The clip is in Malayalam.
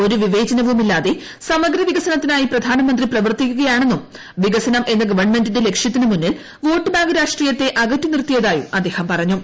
ഒരു ് വിവേചനവുമില്ലാതെ സമഗ്ര വികസനത്തിനായി പ്രധാനമന്ത്രി പ്രവർത്തിക്കുകയാണെന്നും വികസനം എന്ന ഗവൺമെന്റിന്റെ ലക്ഷ്യത്തിനുമുന്നിൽ വോട്ട് ബാങ്ക് രാഷ്ട്രീയത്തെ അകറ്റി നിർത്തിയതായും അദ്ദേഹം പറഞ്ഞു